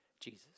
Jesus